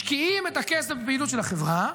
משקיעים את הכסף בפעילות החברה,